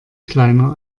kleiner